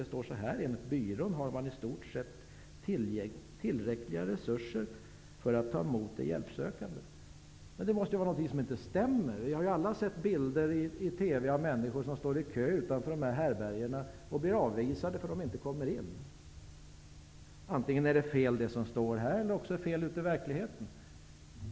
Det står så här: ''Enligt byrån har man i stort sett tillräckliga resurser för att ta emot de hjälpsökande.'' Det måste vara något som inte stämmer. Vi har alla sett bilder i TV av människor som står i kö utanför härbärgena. De blir avvisade för att de inte får plats. Antingen är det som står här fel eller också är det fel ute i verkligheten.